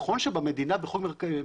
בדיוק.